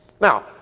Now